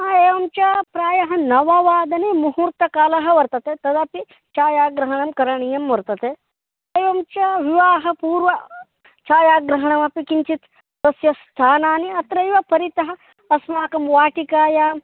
हा एवञ्च प्रायः नववादने मुहूर्तकालः वर्तते तदपि छायाग्रहणं करणीयं वर्तते एवञ्च विवाहपूर्वछायाग्रहणमपि किञ्चित् तस्य स्थानानि अत्रैव परितः अस्माकं वाटिकायां